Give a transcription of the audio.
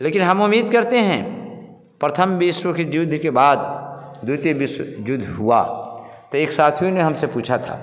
लेकिन हम उम्मीद करते हैं प्रथम विश्व युद्ध के बाद द्वितीय विश्व युद्ध हुआ तो एक साथियों ने हमसे पूछा था